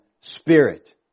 Spirit